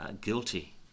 guilty